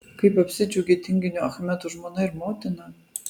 kaip apsidžiaugė tinginio achmedo žmona ir motina